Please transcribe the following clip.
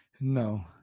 No